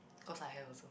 cause I have also